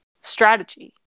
strategy